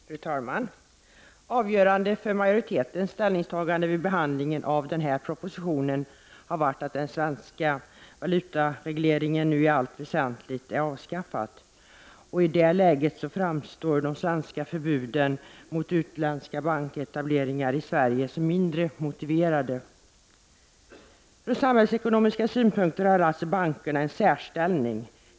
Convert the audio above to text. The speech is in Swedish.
Fru talman! Avgörande för majoritetens ställningstagande vid behandlingen av den här propositionen har varit att den svenska valutaregleringen nu i allt väsentligt är avskaffad. I det läget framstår de svenska förbuden mot utländska banketableringar i Sverige som mindre motiverade. Från samhällsekonomiska synpunkter har alltså bankerna en särställning.